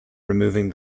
removing